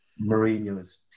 Mourinho's